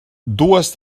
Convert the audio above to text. dues